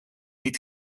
niet